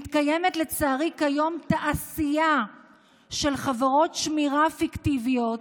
לצערי כיום מתקיימת תעשייה של חברות שמירה פיקטיביות